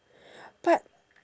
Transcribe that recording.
but